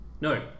No